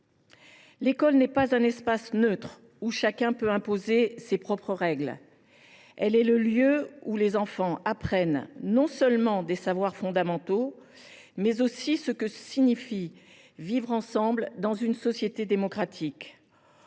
L’école n’est pas un espace neutre où chacun peut imposer ses propres règles ; elle est le lieu où les enfants apprennent non seulement des savoirs fondamentaux, mais aussi ce que signifie vivre ensemble dans une société démocratique.